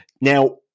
Now